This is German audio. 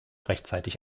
rechtzeitig